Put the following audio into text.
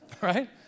right